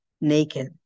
naked